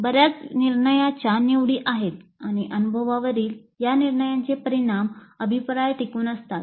बर्याच निर्णयाच्या निवडी आहेत आणि अनुभवावरील या निर्णयांचे परिणाम अभिप्राय टिकून असतात